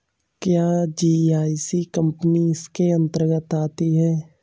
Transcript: क्या GIC company इसके अन्तर्गत आती है?